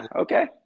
okay